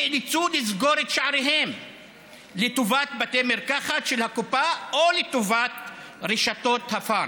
נאלצו לסגור את שעריהם לטובת בתי מרקחת של הקופה או לטובת רשתות הפארם,